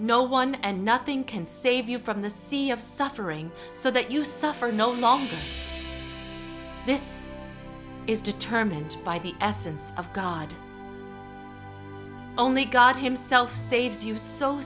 no one and nothing can save you from the sea of suffering so that you suffer no longer this is determined by the essence of god only god himself saves you so